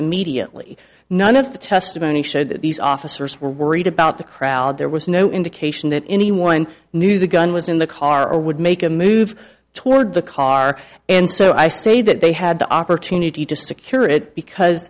immediately none of the testimony showed that these officers were worried about the crowd there was no indication that anyone knew the gun was in the car or would make a move toward the car and so i say that they had the opportunity to secure it because